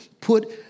put